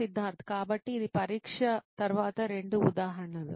సిద్ధార్థ్ కాబట్టి ఇది పరీక్ష తర్వాత 2 ఉదాహరణలు